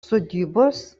sodybos